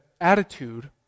attitude